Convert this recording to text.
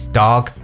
dog